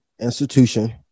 institution